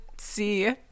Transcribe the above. See